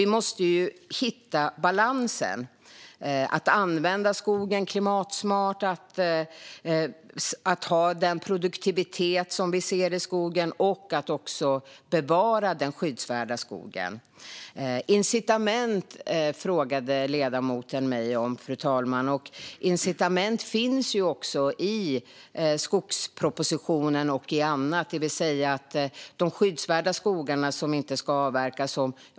Vi måste hitta balansen mellan att använda skogen klimatsmart, att ha den produktivitet som vi ser i skogen och att bevara den skyddsvärda skogen. Fru talman! Incitament frågade ledamoten mig om. Incitament finns i skogspropositionen och i annat, det vill säga när det gäller de skyddsvärda skogarna som inte ska avverkas.